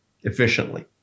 efficiently